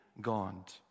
God